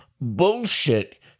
bullshit